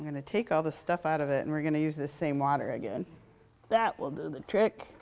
going to take all the stuff out of it and we're going to use the same water again that will do the trick